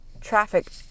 traffic